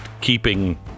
keeping